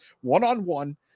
one-on-one